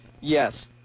Yes